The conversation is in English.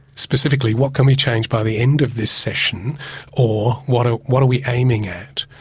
specifically what can we change by the end of this session or what or what are we aiming at?